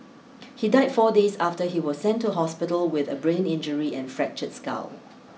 he died four days after he was sent to hospital with a brain injury and fractured skull